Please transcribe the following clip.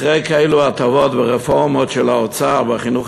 אחרי כאלו הטבות ורפורמות של האוצר בחינוך